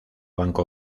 banco